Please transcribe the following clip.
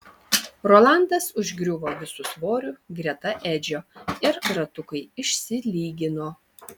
rolandas užgriuvo visu svoriu greta edžio ir ratukai išsilygino